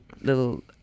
little